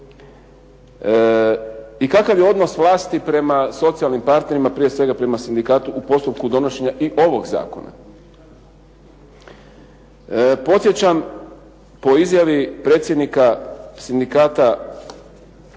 i kakav je odnos vlasti prema socijalnim partnerima, prije svega prema sindikatu u postupku donošenja i ovog zakona. Podsjećam po izjavi predsjednika Sindikata